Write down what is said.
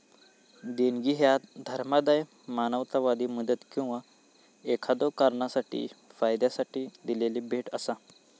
देणगी ह्या धर्मादाय, मानवतावादी मदत किंवा एखाद्यो कारणासाठी फायद्यासाठी दिलेली भेट असा